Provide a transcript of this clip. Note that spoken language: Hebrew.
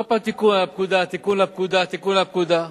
כל פעם תיקון לפקודה, תיקון לפקודה, תיקון לפקודה.